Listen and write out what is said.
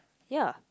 ya